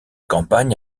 campagne